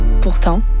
Pourtant